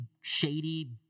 shady